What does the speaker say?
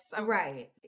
Right